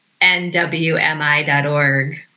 NWMI.org